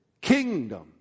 kingdom